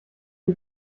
die